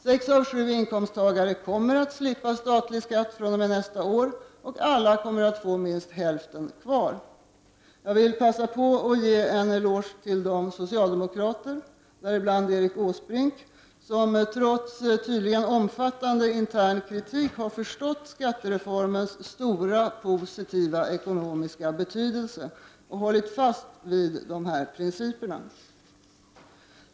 Sex av sju inkomsttagare kommer att slippa statsskatt fr.o.m. nästa år, och alla får minst hälften kvar. Jag vill passa på att ge en eloge till de socialdemokrater, däribland Erik Åsbrink, som trots tydligen omfattande intern kritik har förstått skattereformens stora positiva ekonomiska betydelse och hållit fast vid dess principer.